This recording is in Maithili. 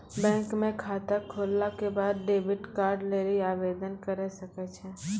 बैंक म खाता खोलला के बाद डेबिट कार्ड लेली आवेदन करै सकै छौ